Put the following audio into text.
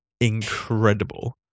incredible